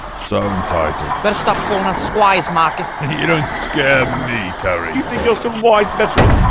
so entitled better stop calling us squires, marcus you don't scare me, terry you think you're some wise veteran